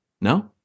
No